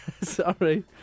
sorry